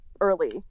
early